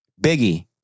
Biggie